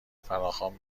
فراخوان